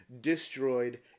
destroyed